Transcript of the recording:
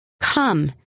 Come